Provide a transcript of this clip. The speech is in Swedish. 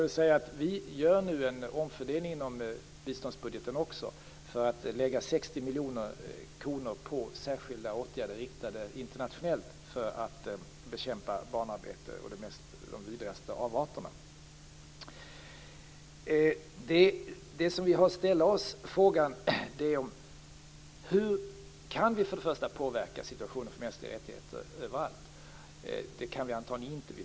Vi gör nu också en omfördelning inom biståndsbudgeten för att lägga 60 miljoner kronor på särskilda åtgärder riktade internationellt för att bekämpa barnarbetet och de vidrigaste avarterna. Den fråga vi har att ställa oss är: Kan vi påverka situationen för mänskliga rättigheter överallt? Det kan vi antagligen inte.